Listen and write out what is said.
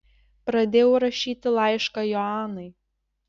pradėjau rašyti laišką joanai